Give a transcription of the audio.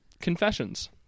Confessions